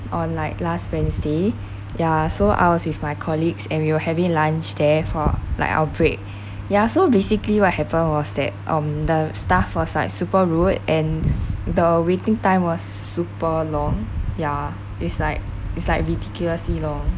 on like last wednesday yeah so I was with my colleagues and we were having lunch there for like our break ya so basically what happened was that um the staff was like super rude and the waiting time was super long yeah it's like it's like ridiculously long